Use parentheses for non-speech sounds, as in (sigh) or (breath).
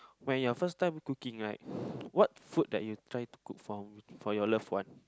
when your first time cooking right (breath) what food that you try to cook for for your loved one